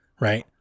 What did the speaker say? right